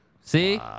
see